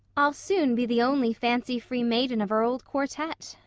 i'll soon be the only fancy-free maiden of our old quartet,